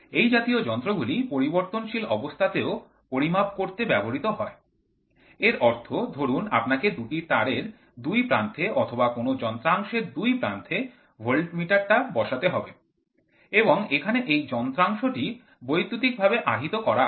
এই জাতীয় যন্ত্রগুলি পরিবর্তনশীল অবস্থাতেও পরিমাপ করতে ব্যবহৃত হয় এর অর্থ ধরুন আপনাকে দুটি তাদের দুই প্রান্তে অথবা কোন যন্ত্রাংশের দুই প্রান্তে ভোল্টমিটার টা বসাতে হবে এবং এখানে এই যন্ত্রাংশটি বৈদ্যুতিক ভাবে আহিত করা আছে